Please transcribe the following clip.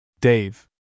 Dave